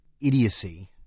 idiocy